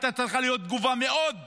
הייתה צריכה להיות תגובה מאוד חריפה.